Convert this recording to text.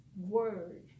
word